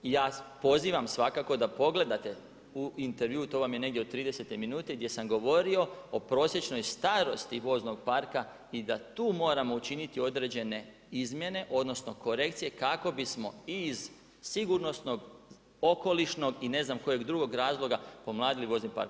I ja pozivam svakako da pogledate u intervjuu to vam je negdje od tridesete minute gdje sam govorio o prosječnoj starosti voznog parka i da tu moramo učiniti određene izmjene odnosno korekcije kako bismo i iz sigurnosnog okolišnog i ne znam kojeg drugog razloga pomladili vozni park.